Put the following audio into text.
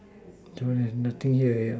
till we have nothing here eh